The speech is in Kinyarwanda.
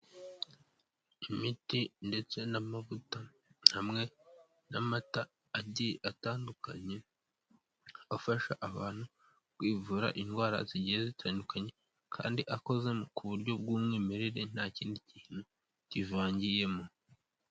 Imiti ndetse n'amavuta hamwe n'amata agiye atandukanye, afasha abantu kwivura indwara zigiye zitandukanye, kandi akoze ku buryo bw'umwimerere nta kindi kintu kivangiyemo.